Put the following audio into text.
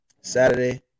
Saturday